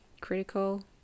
critical